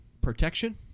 Protection